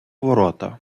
ворота